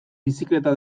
bizikleta